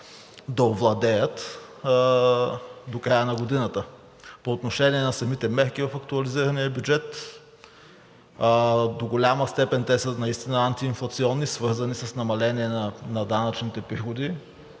да овладеят до края на годината. По отношение на самите мерки в актуализирания бюджет. До голяма степен те са наистина антиинфлационни, свързани с намаление на данъчните приходи.